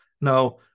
Now